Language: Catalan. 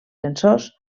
sensors